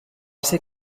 ser